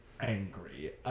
angry